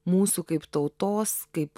mūsų kaip tautos kaip